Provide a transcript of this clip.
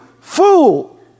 fool